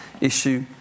issue